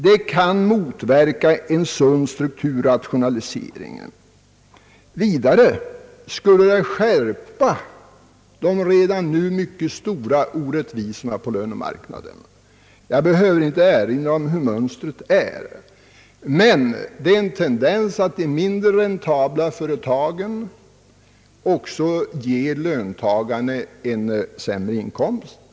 Det kan alltså motverka en sund = strukturrationalisering. Vidare skulle det skärpa de redan nu mycket stora orättvisorna på lönemarknaden. Jag behöver inte erinra om hur mönstret är — det finns som bekant en tendens hos de mindre räntabla företagen att ge löntagarna en sämre inkomst.